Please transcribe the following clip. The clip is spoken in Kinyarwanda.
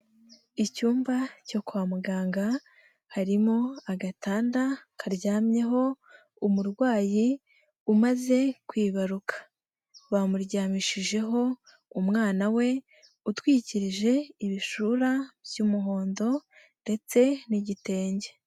Icyumba cyo kwa muganga, harimo agatanda karyamyeho umurwayi umaze kwibaruka. Bamuryamishijeho umwana we utwikirije ibishura by'umuhondo, ndetse n'igitenge.